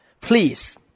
Please